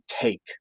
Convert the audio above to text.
take